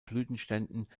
blütenständen